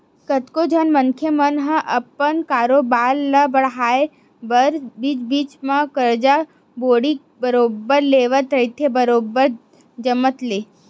कतको झन मनखे मन ह अपन कारोबार ल बड़हाय बर बीच बीच म करजा बोड़ी बरोबर लेवत रहिथे बरोबर जमत ले